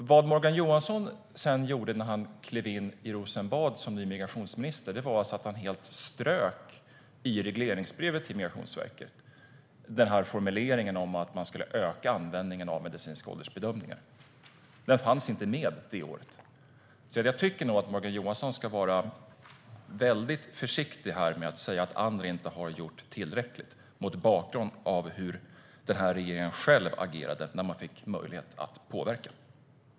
Vad Morgan Johansson sedan gjorde när han klev in i Rosenbad som ny migrationsminister var att han i regleringsbrevet till Migrationsverket helt strök formuleringen om att öka användningen av medicinska åldersbedömningar. Den fanns inte med det året. Jag tycker nog att Morgan Johansson ska vara försiktig med att säga att andra inte har gjort tillräckligt, mot bakgrund av hur den här regeringen själv agerade när man fick möjlighet att påverka.